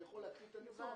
אני יכול להקריא את הניסוח.